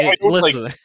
listen